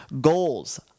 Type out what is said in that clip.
Goals